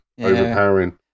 overpowering